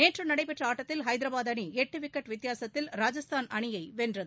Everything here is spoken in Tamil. நேற்று நடைபெற்ற ஆட்டத்தில் ஹைதராபாத் அணி எட்டு விக்கெட் வித்தியாசத்தில் ராஜஸ்தான் அணியை வென்றது